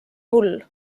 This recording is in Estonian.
hull